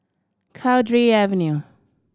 Cowdray Avenue